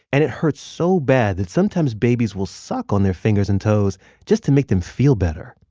and it hurts so bad that sometimes babies will suck on their fingers and toes just to make them feel better.